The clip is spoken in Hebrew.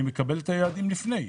אני מקבל את היעדים לפני,